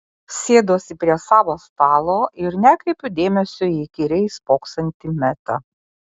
sėduosi prie savo stalo ir nekreipiu dėmesio į įkyriai spoksantį metą